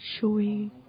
showing